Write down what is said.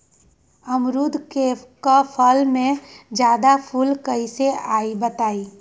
अमरुद क फल म जादा फूल कईसे आई बताई?